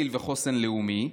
גליל וחוסן לאומי.